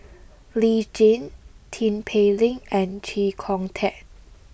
Lee Tjin Tin Pei Ling and Chee Kong Tet